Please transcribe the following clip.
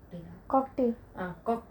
cocktail